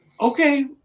Okay